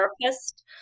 therapist